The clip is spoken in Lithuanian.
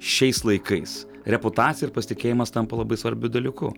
šiais laikais reputacija ir pasitikėjimas tampa labai svarbiu dalyku